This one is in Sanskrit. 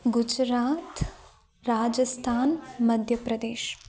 गुज्रात् राजस्तान् मध्यप्रदेशः